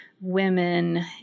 women